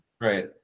Right